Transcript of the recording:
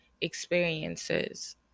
experiences